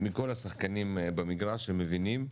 מכל השחקנים במגרש שמבינים,